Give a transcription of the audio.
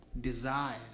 desire